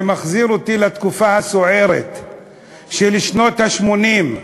זה מחזיר אותי לתקופה הסוערת של שנות ה-80.